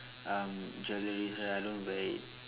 um jewellery right I don't wear it